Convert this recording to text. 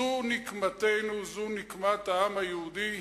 זו נקמתנו, זו נקמת העם היהודי.